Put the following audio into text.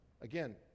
again